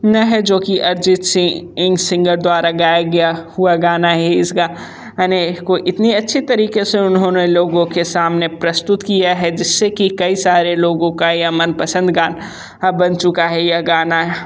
गाना है जो कि अरिजित सिंह सिंगर द्वारा गाया गया हुआ गाना है इस गाने को इतनी अच्छी तरीके से उन्होंने लोगों के सामने प्रस्तुत किया है जिससे कि कई सारे लोगों का यह मनपसंद गाना बन चुका है यह गाना